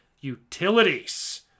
utilities